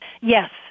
Yes